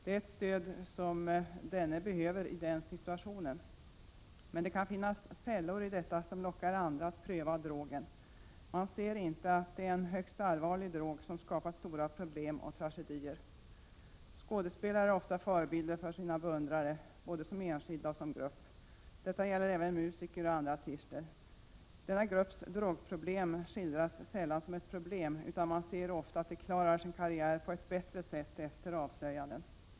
Det är ett stöd som denne behöver i den situationen, men det kan finnas fällor i detta — det kan locka andra att pröva drogen; man ser inte att användandet av den drogen är högst allvarligt och skapat stora problem och tragedier. Skådespelare är, både som enskilda och grupp, ofta förebilder för sina beundrare. Detta gäller även musiker och andra artister. Deras drogmiss bruk skildras sällan som ett problem, utan man ser ofta att de klarar sin Prot. 1987/88:15 karriär på ett bättre sätt efter avslöjanden.